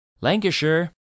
Lancashire